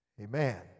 Amen